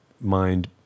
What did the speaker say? mind